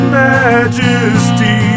majesty